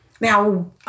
Now